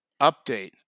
Update